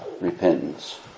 repentance